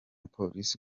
polisi